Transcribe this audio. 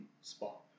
spot